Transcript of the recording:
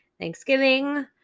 Thanksgiving